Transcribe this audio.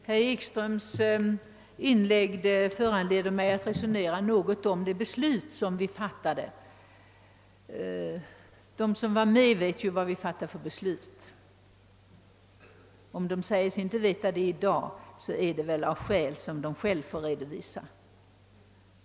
Herr talman! Herr Ekströms i Iggesund inlägg föranleder mig att resonera något om det beslut vi fattade i utskottet. De som var med vid behandlingen vet, vad vi fattade för beslut; om någon säger sig inte veta det i dag, är det av skäl som de själva får redovisa.